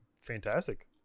fantastic